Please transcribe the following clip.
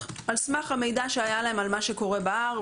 על סמך המידע שהיה להם על מה שקורה בהר,